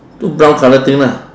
two brown colour thing lah